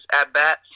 at-bats